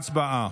הצבעה.